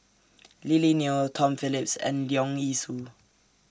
Lily Neo Tom Phillips and Leong Yee Soo